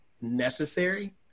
necessary